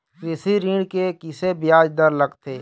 कृषि ऋण के किसे ब्याज दर लगथे?